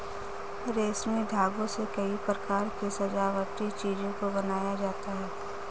रेशमी धागों से कई प्रकार के सजावटी चीजों को बनाया जाता है